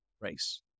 race